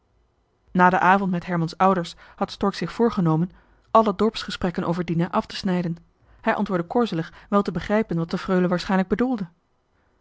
na den avond met herman's ouders had stork zich voorgenomen alle dorpsgesprekken over dina af te snijden hij antwoordde korzelig wel te begrijpen wat de freule waarschijnlijk bedoelde